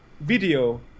video